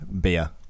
beer